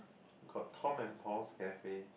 got Tom and Paul cafe